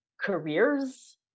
careers